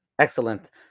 Excellent